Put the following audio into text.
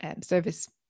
service